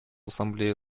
ассамблея